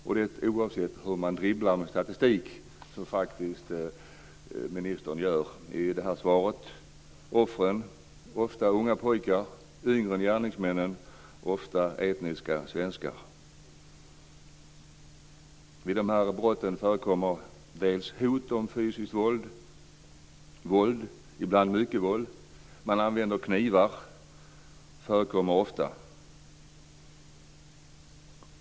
Så är fallet oavsett hur man dribblar med statistik, som ministern faktiskt gör i sitt svar. Offren är många gånger unga pojkar, yngre än gärningsmännen och ofta etniska svenskar. Vid de här brotten förekommer dels hot om fysiskt våld, dels våld - ibland mycket våld. Det förekommer ofta att man använder knivar.